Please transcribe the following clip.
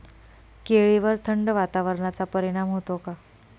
केळीवर थंड वातावरणाचा परिणाम होतो का?